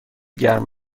گرم